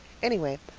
anyway,